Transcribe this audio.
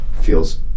feels